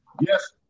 Yes